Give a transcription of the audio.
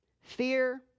fear